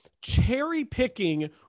cherry-picking